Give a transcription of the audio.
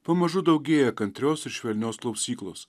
pamažu daugėja kantrios ir švelnios klausyklos